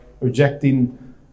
rejecting